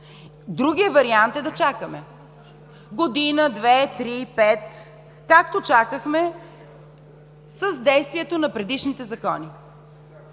Другият вариант е да чакаме – година, две, три, пет, както чакахме с действието на предишните закони.